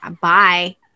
Bye